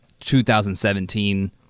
2017